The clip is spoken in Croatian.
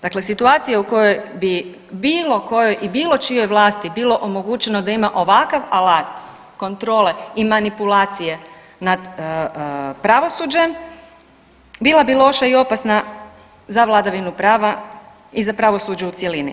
Dakle, situacija u kojoj bi bilo kojoj i bilo čijoj vlasti bilo omogućeno da ima ovakav alat kontrole i manipulacije nad pravosuđem bila bi loša i opasna za vladavinu prava i za pravosuđe u cjelini.